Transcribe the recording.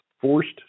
forced